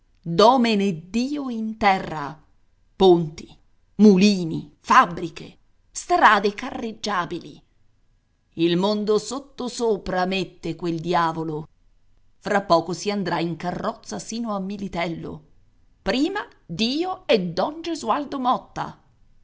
lui domeneddio in terra ponti mulini fabbriche strade carreggiabili il mondo sottosopra mette quel diavolo fra poco si andrà in carrozza sino a militello prima dio e don gesualdo motta